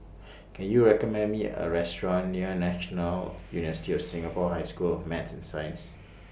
Can YOU recommend Me A Restaurant near National University of Singapore High School of Math and Science